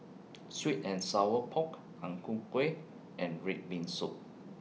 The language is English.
Sweet and Sour Pork Ang Ku Kueh and Red Bean Soup